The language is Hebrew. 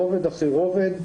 רובד אחרי רובד,